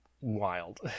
wild